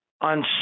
on